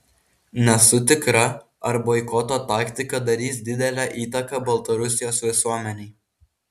nesu tikra ar boikoto taktika darys didelę įtaką baltarusijos visuomenei